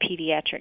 pediatric